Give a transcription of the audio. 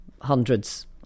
hundreds